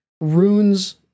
runes